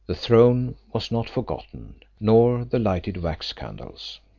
the throne was not forgotten, nor the lighted wax candles.